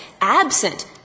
absent